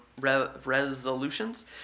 resolutions